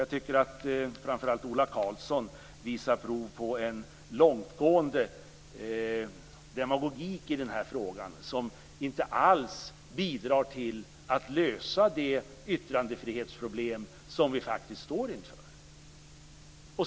Jag tycker att framför allt Ola Karlsson visar prov på en långtgående demagogik i denna fråga, som inte alls bidrar till att lösa det yttrandefrihetsproblem som vi faktiskt står inför.